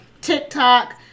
TikTok